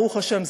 ברוך השם,